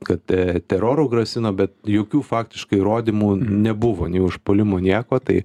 kad teroru grasino bet jokių faktiškai įrodymų nebuvo nei užpuolimų nieko tai